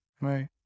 Right